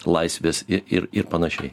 laisvės ir ir panašiai